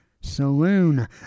Saloon